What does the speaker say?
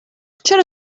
چرا